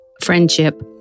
friendship